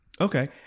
Okay